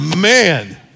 Man